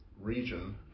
region